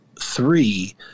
three